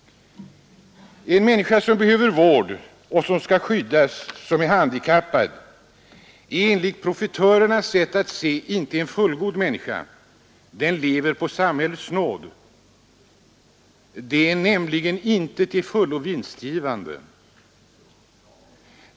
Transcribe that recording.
En människa som behöver ”vård”, som skall ”skyddas”, som är ”handikappad” är enligt profitörernas sätt att se inte en fullgod människa, den lever på samhällets nåd — den är nämligen inte till fullo vinstgivande.